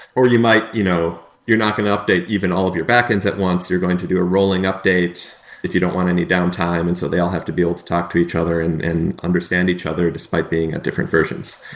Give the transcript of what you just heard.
you might you know you're not going update even all of your backends at once. you're going to do a rolling update if you don't want any downtime, and so they all have to be able to talk to each other and and understand each other despite being at different versions.